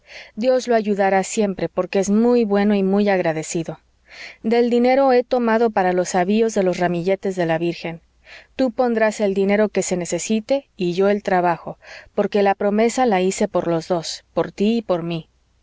dios lo ayudará siempre porque es muy bueno y muy agradecido del dinero he tomado para los avíos de los ramilletes de la virgen tú pondrás el dinero que se necesite y yo el trabajo porque la promesa la hice por los dos por tí y por mí